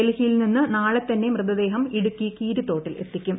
ഡൽഹിയിൽ നിന്ന് നാളെ തന്നെ മൃതദേഹം ഇടുക്കി കീരിത്തോട്ടിൽ എത്തിക്കും